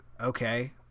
okay